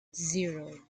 zero